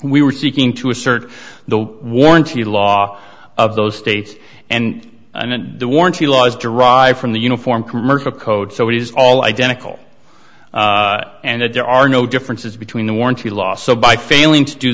we were seeking to assert the warranty law of those states and i meant the warranty laws derived from the uniform commercial code so it is all identical and that there are no differences between the warranty law so by failing